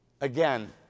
again